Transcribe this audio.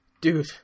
dude